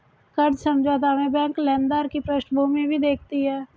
कर्ज समझौता में बैंक लेनदार की पृष्ठभूमि भी देखती है